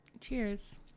Cheers